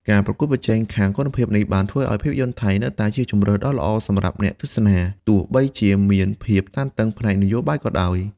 ការប្រកួតប្រជែងខាងគុណភាពនេះបានធ្វើឲ្យភាពយន្តថៃនៅតែជាជម្រើសដ៏ល្អសម្រាប់អ្នកទស្សនា ទោះបីជាមានភាពតានតឹងផ្នែកនយោបាយក៏ដោយ។